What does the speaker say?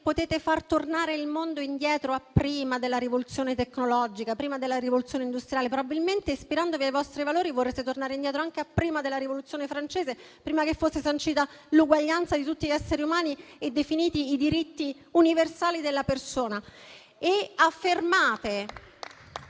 poter far tornare il mondo indietro a prima della rivoluzione tecnologica e a prima della rivoluzione industriale; probabilmente, ispirandovi ai vostri valori, vorreste tornare indietro anche a prima della Rivoluzione francese, prima che fosse sancita l'uguaglianza di tutti gli esseri umani e fossero definiti i diritti universali della persona.